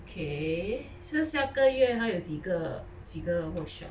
okay so 下个月他有几个几个 workshop